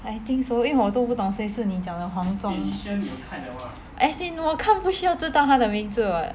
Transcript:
I think so 因为我都不懂谁是你讲的黄宗泽 as in 我看不需要知道他的名字 [what]